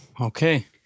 okay